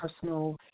personal